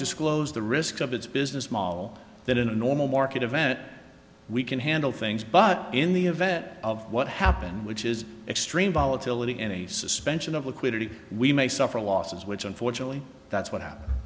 disclosed the risk of its business model that in a normal market event we can handle things but in the event of what happened which is extreme volatility any suspension of liquidity we may suffer losses which unfortunately that's what happened